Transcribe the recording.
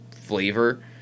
flavor